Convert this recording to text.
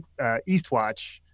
Eastwatch